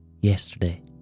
Yesterday